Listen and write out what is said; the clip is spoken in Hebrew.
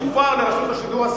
נתנו צ'ופר לרשות השידור,